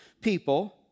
people